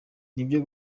nibyo